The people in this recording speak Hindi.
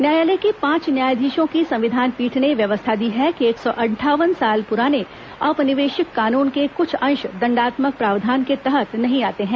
न्यायालय की पांच न्यायाधीशों की संविधान पीठ ने व्यवस्था दी है कि एक सौ अंठावन साल पुराने औपनिवेशिक कानून के कुछ अंश दंडात्मक प्रावधान के तहत नहीं आते हैं